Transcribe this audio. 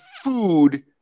food